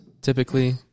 typically